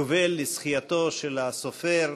יובל לזכייתו של הסופר